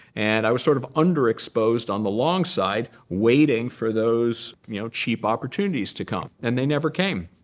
and i was sort of underexposed on the long side, waiting for those you know cheap opportunities to come. and they never came.